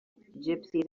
gypsies